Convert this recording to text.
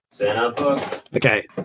Okay